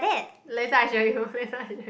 later I show you later I show you